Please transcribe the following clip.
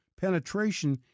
penetration